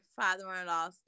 father-in-law